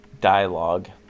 dialogue